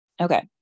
Okay